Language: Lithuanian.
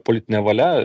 politinė valia